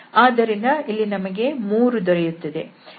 ಆದ್ದರಿಂದ ನಮಗೆ ಇಲ್ಲಿ 3 ದೊರೆಯುತ್ತದೆ